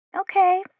Okay